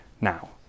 now